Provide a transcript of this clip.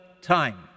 time